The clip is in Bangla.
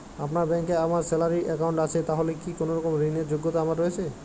আপনার ব্যাংকে আমার স্যালারি অ্যাকাউন্ট আছে তাহলে কি কোনরকম ঋণ র যোগ্যতা আমার রয়েছে?